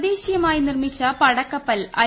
തദ്ദേശീയമായി നിർമിച്ച പടക്കപ്പൽ ഐ